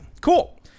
Cool